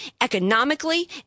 economically